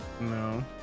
No